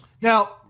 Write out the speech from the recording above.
Now